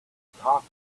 atop